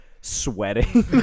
sweating